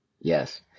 Yes